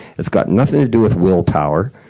it's got nothing to do with willpower.